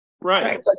Right